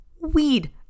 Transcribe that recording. weed